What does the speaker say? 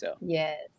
Yes